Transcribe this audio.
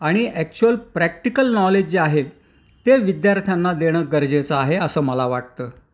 आणि actual practical knowledge जे आहे ते विद्यार्थ्यांना देणं गरजेचं आहे असं मला वाटतं